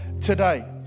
today